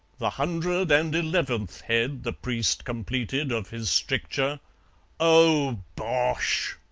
the hundred and eleventh head the priest completed of his stricture oh, bosh!